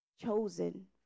chosen